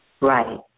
Right